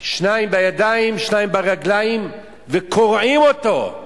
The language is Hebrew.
שניים בידיים, שניים ברגליים, וקורעים אותו.